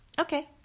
okay